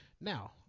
Now